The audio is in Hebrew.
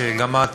גם את